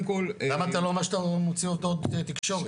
למה אתה לא אומר שאתה מוציא הודעות תקשורת?